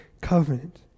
covenant